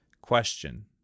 Question